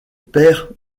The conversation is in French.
père